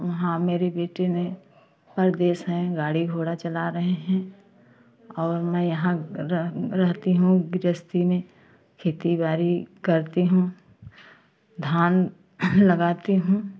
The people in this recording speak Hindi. वहाँ मेरे बेटे ने परदेस हैं गाड़ी घोड़ा चला रहे हैं और मैं यहाँ रह रहती हूँ गृहस्ती में खेती बाड़ी करती हूँ धान लगाती हूँ